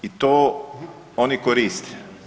I to oni koriste.